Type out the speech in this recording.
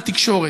התקשורת.